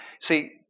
See